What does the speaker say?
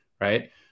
right